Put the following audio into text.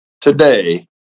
today